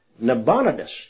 Nabonidus